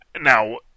Now